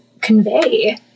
convey